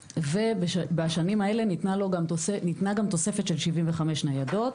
בשנים האלה גם ניתנה תוספת של 75 ניידות.